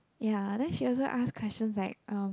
ya then she also ask questions like um